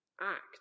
act